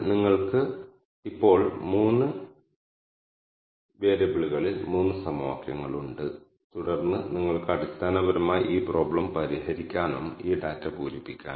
നമുക്ക് ഇപ്പോൾ ഈ കെ മീൻസ് അൽഗോരിതം നമ്മുടെ ഡാറ്റയിൽ നടപ്പിലാക്കാം